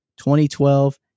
2012